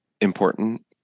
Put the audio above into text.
important